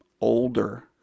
older